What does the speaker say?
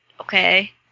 okay